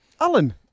Alan